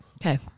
Okay